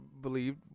believed